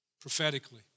prophetically